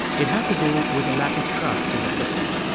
it had to do with a lack of trust in the system.